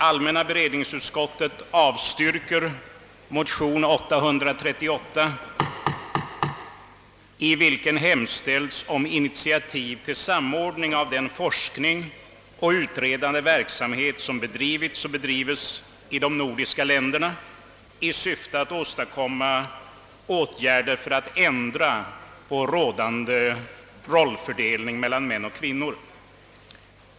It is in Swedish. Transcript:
Allmänna beredningsutskottet avstyrker motionen nr 838, i vilken hemställts om initiativ till en samordning av den forskning och utredande verksamhet som bedrivits och bedrives i de nordiska länderna i syfte att snabbare åstadkomma åtgärder för att ändra rådande rollfördelning mellan män och kvinnor.